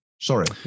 Sorry